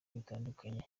bitandukanye